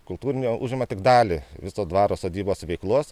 kultūrinė užima tik dalį viso dvaro sodybos veiklos